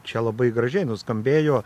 čia labai gražiai nuskambėjo